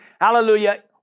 hallelujah